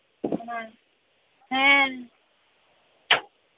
ᱚᱱᱟᱜᱮ ᱦᱮᱸ